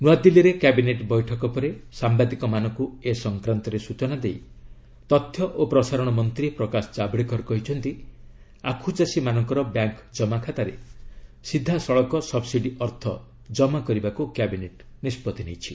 ନୂଆଦିଲ୍ଲୀରେ କ୍ୟାବିନେଟ୍ ବୈଠକ ପରେ ସାୟାଦିକମାନଙ୍କୁ ଏ ସଂକ୍ରାନ୍ତରେ ସୂଚନା ଦେଇ ତଥ୍ୟ ଓ ପ୍ରସାରଣ ମନ୍ତ୍ରୀ ପ୍ରକାଶ ଜାବ୍ଡେକର କହିଛନ୍ତି ଆଖୁଚାଷୀମାନଙ୍କର ବ୍ୟାଙ୍କ୍ ଜମାଖାତାରେ ସିଧାସଳଖ ସବ୍ସିଡି ଅର୍ଥ କମା କରିବାକୁ କ୍ୟାବିନେଟ୍ ନିଷ୍ପଭି ନେଇଛି